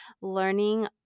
learning